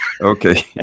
okay